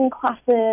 classes